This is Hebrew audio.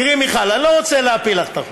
תראי, מיכל, אני לא רוצה להפיל לך את החוק,